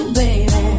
baby